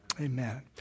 Amen